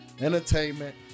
entertainment